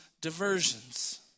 diversions